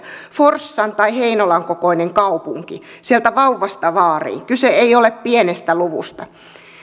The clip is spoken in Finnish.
forssan tai heinolan kokoinen kaupunki sieltä vauvasta vaariin kyse ei ole pienestä luvusta